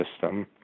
system